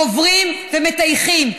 קוברים ומטייחים.